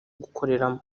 gukoreramo